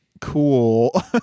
cool